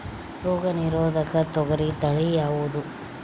ರೋಗ ನಿರೋಧಕ ತೊಗರಿ ತಳಿ ಯಾವುದು?